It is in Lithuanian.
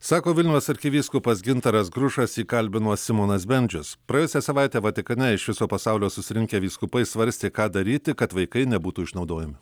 sako vilniaus arkivyskupas gintaras grušas jį kalbino simonas bendžius praėjusią savaitę vatikane iš viso pasaulio susirinkę vyskupai svarstė ką daryti kad vaikai nebūtų išnaudojami